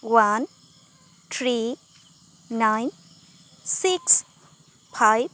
one three nine six five